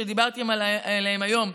שדיברתי עליהם היום,